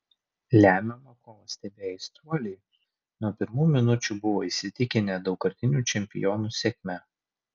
lemiamą kovą stebėję aistruoliai nuo pirmųjų minučių buvo įsitikinę daugkartinių čempionų sėkme